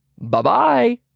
Bye-bye